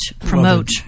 promote